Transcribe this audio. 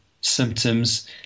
symptoms